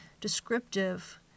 descriptive